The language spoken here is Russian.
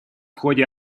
ходе